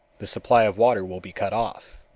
the supply of water will be cut off.